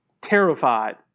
terrified